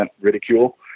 ridicule